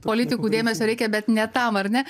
politikų dėmesio reikia bet ne tam ar ne